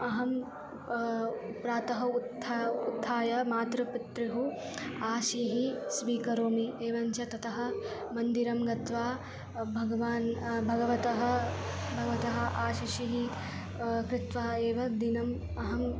अहं प्रातः उत्थाय उत्थाय मातापित्रोः आशीः स्वीकरोमि एवञ्च ततः मन्दिरं गत्वा भगवान् भगवतः भगवतः आशिशः कृत्वा एव दिनम् अहम्